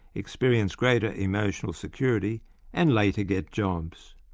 experience greater emotional security and, later, get jobs.